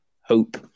hope